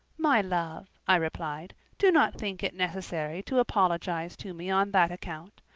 my love, i replied, do not think it necessary to apologize to me on that account.